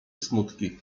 smutki